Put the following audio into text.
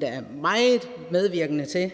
da meget medvirkende til,